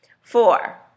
Four